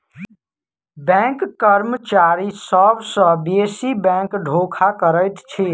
bank कर्मचारी सभ सॅ बेसी बैंक धोखा करैत अछि